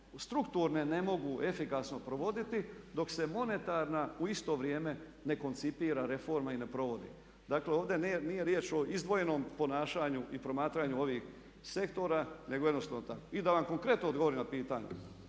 strukturne ne mogu efikasno provoditi dok se monetarna u isto vrijeme ne koncipira reforma i ne provodi. Dakle, ovdje nije riječ o izdvojenom ponašanju i promatranju ovih sektora nego jednostavno tako. I da vam konkretno odgovorim na pitanje